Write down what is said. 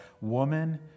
woman